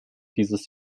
dieses